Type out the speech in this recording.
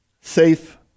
safe